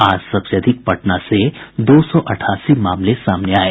आज सबसे अधिक पटना से दो सौ अठासी मामले सामने आये